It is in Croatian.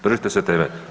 Držite se teme.